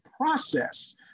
process